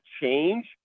change